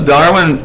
Darwin